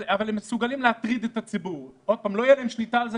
לא תהיה להם שליטה על זה,